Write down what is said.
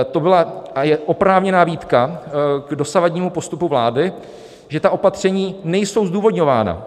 To byla a je oprávněná výtka k dosavadnímu postupu vlády, že ta opatření nejsou zdůvodňována.